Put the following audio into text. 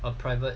a private